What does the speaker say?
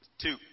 Two